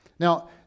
Now